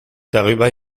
darüber